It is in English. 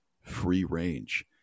free-range